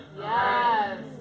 Yes